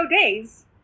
days